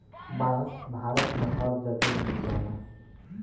बांस भारत में हर जगे मिल जाला